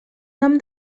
nom